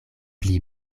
pli